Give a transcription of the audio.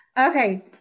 Okay